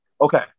okay